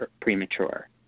premature